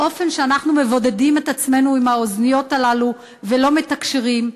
באופן שאנחנו מבודדים את עצמנו עם האוזניות הללו ולא מתקשרים,